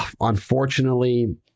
Unfortunately